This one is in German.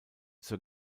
zur